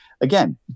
Again